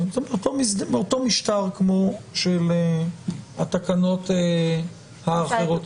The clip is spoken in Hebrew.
אותו משטר כמו של התקנות האחרות.